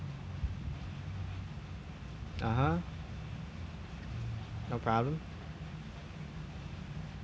(uh huh) no problem